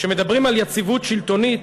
כשמדברים על יציבות שלטונית